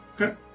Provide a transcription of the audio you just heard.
Okay